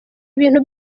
ibintu